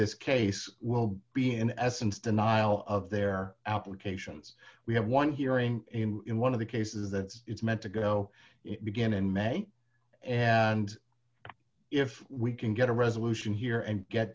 this case will be in essence denial of their applications we have one hearing in one of the cases that it's meant to go begin in may and if we can get a resolution here and get